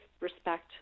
respect